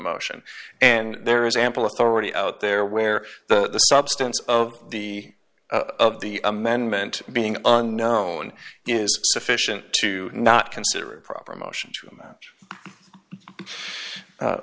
motion and there is ample authority out there where the substance of the of the amendment being unknown is sufficient to not consider a proper motion